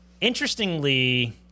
interestingly